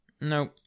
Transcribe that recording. No